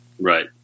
Right